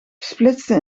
splitste